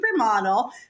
supermodel